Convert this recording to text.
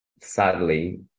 sadly